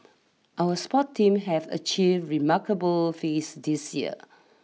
our sport team have achieve remarkable feast this year